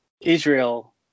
Israel